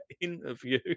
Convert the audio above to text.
interview